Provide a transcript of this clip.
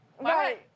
Right